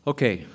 Okay